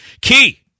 Key